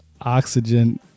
oxygen